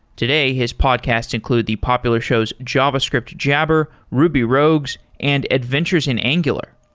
today, his podcasts include the popular shows, javascript, jabber, ruby rouges and adventures in angular.